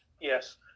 yes